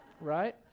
Right